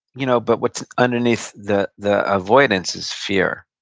you know but what's underneath the the avoidance is fear,